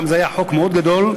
גם זה היה חוק מאוד גדול,